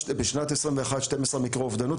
בשנת 2021 היו 12 מקרי אובדנות,